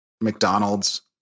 McDonald's